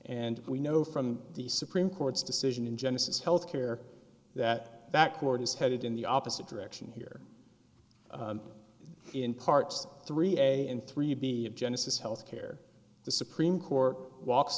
and we know from the supreme court's decision in genesis health care that that court is headed in the opposite direction here in parts three a in three b of genesis health care the supreme court walks